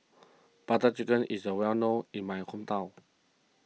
Butter Chicken is the well known in my hometown